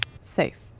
Safe